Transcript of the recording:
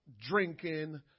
drinking